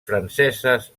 franceses